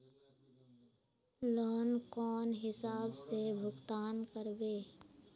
Loan कौन हिसाब से भुगतान करबे?